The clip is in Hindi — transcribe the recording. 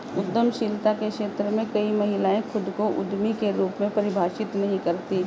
उद्यमशीलता के क्षेत्र में कई महिलाएं खुद को उद्यमी के रूप में परिभाषित नहीं करती